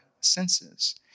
senses